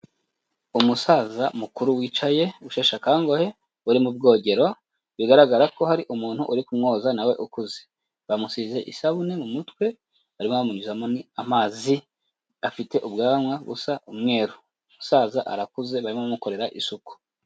Umusaza mukuru wicaye usheshe akanguhe uri mu bwogero, bigaragarako hari umuntu uri kumwoza nawe ukuze, bamusize isabune mu mutwe, barimo bamunyuzamo n'amazi, afite ubwanwa busa umweru, umusaza arakuze barimo bamukorera isuku.